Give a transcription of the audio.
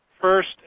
first